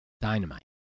Dynamite